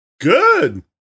Good